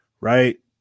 right